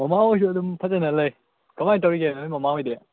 ꯃꯃꯥꯍꯣꯏꯁꯨ ꯑꯗꯨꯝ ꯐꯖꯅ ꯂꯩ ꯀꯃꯥꯏꯅ ꯇꯧꯔꯤꯒꯦ ꯅꯣꯏ ꯃꯃꯥꯍꯣꯏꯗꯤ